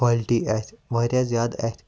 quality اَتھِ واریاہ زیادٕ اَتھِ